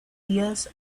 díaz